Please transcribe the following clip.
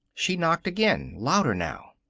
she knocked again, louder now.